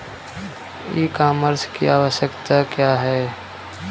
ई कॉमर्स की आवशयक्ता क्या है?